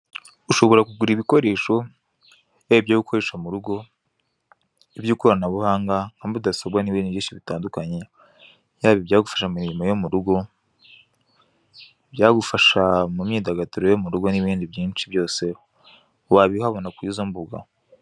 Ushobora kugura ibikoresho: byaba ibyawe ukoresha mu rugo, iby'ikoranabuhanga nka mudasobwa n'ibindi byinshi bitandukanye, yaba ibyagufasha mu mirimo rugo, ibyagufasha mu myidagaduro yo mu rugo n'ibindi byinshi byose, wabihabona kuri izo mbuga.